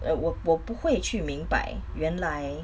我我我不会去明白原来